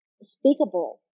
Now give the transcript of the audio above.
unspeakable